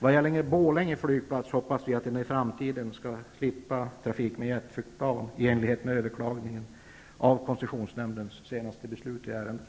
Vad gäller Borlänge flygplats hoppas vi att den i framtiden skall slippa trafik med jetflygplan i enlighet med överklagningen av koncessionsnämndens senaste beslut i ärendet.